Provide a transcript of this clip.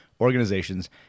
organizations